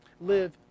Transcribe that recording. live